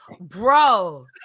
bro